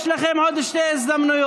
יש לכם עוד שתי הזדמנויות.